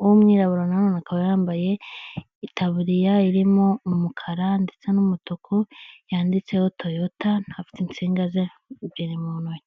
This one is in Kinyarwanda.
uw'umwirabura nanone akaba yambaye itaburiya irimo umubara ndetse n'umutuku yanditseho toyota afite insinga ze mu ntoki.